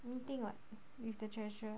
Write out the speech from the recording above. eating what with the treasure